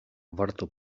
warto